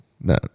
No